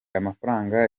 amafaranga